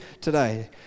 today